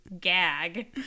gag